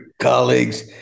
colleagues